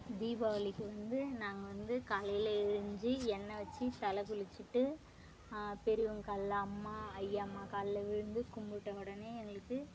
தீபாவளிக்கு வந்து நாங்கள் வந்து காலையில் எழுஞ்சி எண்ணெ வச்சி தலைக் குளிச்சிட்டு பெரியவங் கால்ல அம்மா ஐயா அம்மா கால்ல விழுந்து கும்பிட்ட உடனே எங்களுக்கு